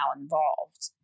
involved